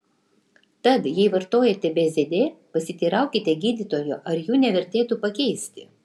tad jei vartojate bzd pasiteiraukite gydytojo ar jų nevertėtų pakeisti